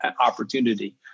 opportunity